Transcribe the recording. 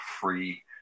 free